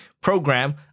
program